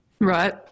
Right